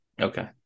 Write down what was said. Okay